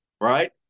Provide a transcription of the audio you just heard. right